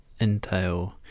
entail